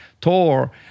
TOR